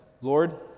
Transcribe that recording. Lord